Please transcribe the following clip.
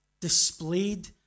displayed